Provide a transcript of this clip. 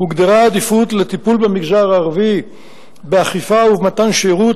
הוגדרה עדיפות לטיפול במגזר הערבי באכיפה ובמתן שירות,